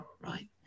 right